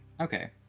Okay